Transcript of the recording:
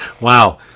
wow